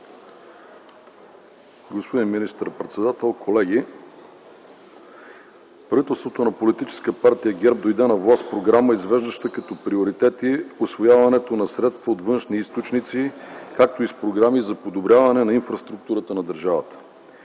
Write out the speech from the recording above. Господин министър-председател, колеги! Правителството на Политическа партия ГЕРБ дойде на власт с програма, извеждаща като приоритети усвояването на средства от външни източници, както и с програми за подобряване на инфраструктурата на държавата.